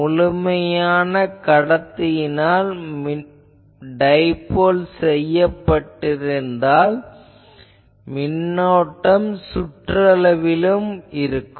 முழுமையான கடத்தியினால் டைபோல் செய்யப்பட்டிருந்தால் மின்னோட்டம் சுற்றளவில் இருக்கும்